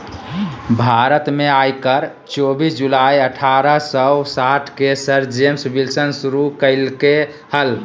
भारत में आयकर चोबीस जुलाई अठारह सौ साठ के सर जेम्स विल्सन शुरू कइल्के हल